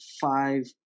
five